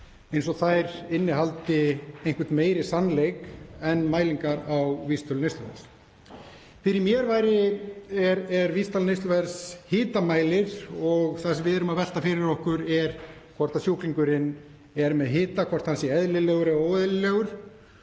eins og þær innihaldi einhvern meiri sannleik en mælingar á vísitölu neysluverðs. Fyrir mér er vísitala neysluverðs hitamælir og það sem við erum að velta fyrir okkur er hvort sjúklingurinn er með hita, hvort hann sé eðlilegur eða óeðlilegur.